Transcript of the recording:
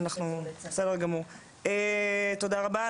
תודה רבה,